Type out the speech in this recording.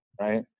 right